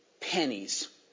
pennies